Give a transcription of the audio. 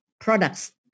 products